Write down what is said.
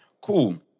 Cool